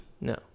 No